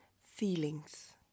feelings